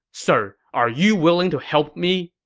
sir, are you willing to help me?